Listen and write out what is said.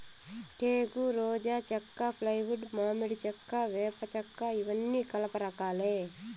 టేకు, రోజా చెక్క, ఫ్లైవుడ్, మామిడి చెక్క, వేప చెక్కఇవన్నీ కలప రకాలే